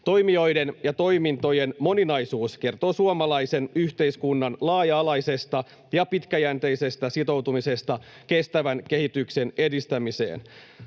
Toimijoiden ja toimintojen moninaisuus kertoo suomalaisen yhteiskunnan laaja-alaisesta ja pitkäjänteisestä sitoutumisesta kestävän kehityksen edistämiseen.